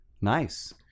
Nice